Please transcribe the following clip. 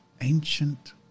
ancient